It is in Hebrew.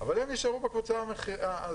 אבל הם יישארו בקבוצה המחמירה,